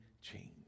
change